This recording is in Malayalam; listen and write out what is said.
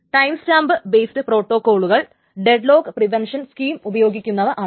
ടൈംസ്റ്റാമ്പ് ബേസ്ഡ് പ്രോട്ടോക്കോളുകൾ ഡെഡ്ലോക്ക് പ്രിവെൻഷൻ സ്കീം ഉപയോഗിക്കുന്നവയാണ്